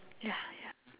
ya ya